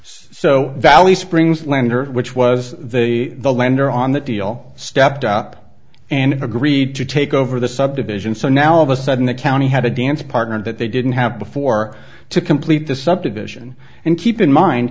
so valley springs land which was the the lender on the deal stepped up and agreed to take over the subdivision so now all of a sudden the county had a dance partner that they didn't have before to complete the subdivision and keep in mind